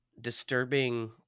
disturbing